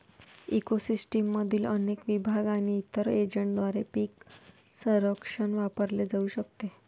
eco सिस्टीममधील अनेक विभाग आणि इतर एजंटद्वारे पीक सर्वेक्षण वापरले जाऊ शकते